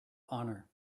honor